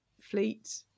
fleet